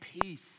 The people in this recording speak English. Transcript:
peace